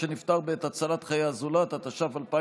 הוראת שעה)